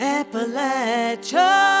Appalachia